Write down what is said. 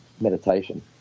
meditation